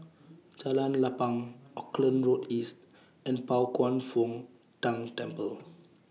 Jalan Lapang Auckland Road East and Pao Kwan Foh Tang Temple